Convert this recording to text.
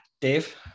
Dave